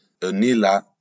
Anila